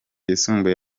yisumbuye